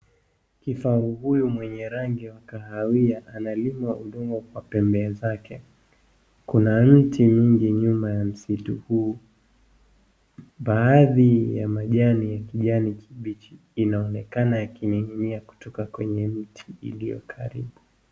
Kifaru huyu mwenye rangi wa kahawia, analima udongo kwa pembe zake. Kuna mti mingi nyuma ya msitu huu. Baadhi ya majani ya kijani kibichi inaonekana yakining'inia kutoka kwenye mti iliyo karibu.